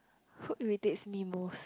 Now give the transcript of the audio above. who irritates me most